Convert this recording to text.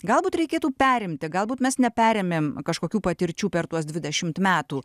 galbūt reikėtų perimti galbūt mes neperėmėm kažkokių patirčių per tuos dvidešimt metų